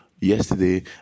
yesterday